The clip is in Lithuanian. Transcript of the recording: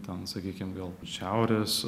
ten sakykim galbūt šiaurės